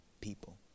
people